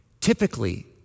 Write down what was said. typically